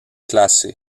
classé